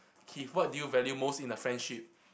Keith what do you value most in a friendship